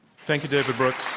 thank you, david brooks.